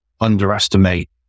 underestimate